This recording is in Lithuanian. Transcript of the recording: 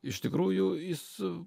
iš tikrųjų jis